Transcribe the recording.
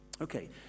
Okay